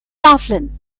laughlin